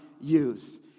youth